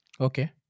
Okay